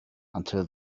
until